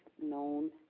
known